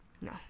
No